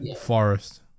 Forest